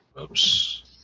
Oops